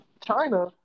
China